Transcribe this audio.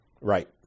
Right